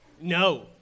No